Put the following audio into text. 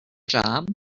job